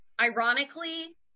Ironically